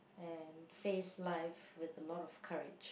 and face life with a lot of courage